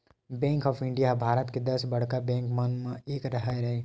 bank of India ह भारत के दस बड़का बेंक मन म एक हरय